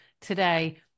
today